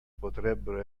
potrebbero